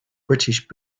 british